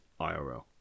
IRL